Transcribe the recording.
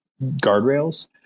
guardrails